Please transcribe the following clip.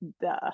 duh